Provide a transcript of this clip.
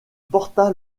porta